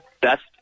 Best